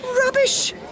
Rubbish